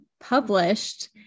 published